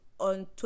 on